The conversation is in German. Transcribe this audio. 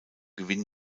gewinn